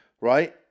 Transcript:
right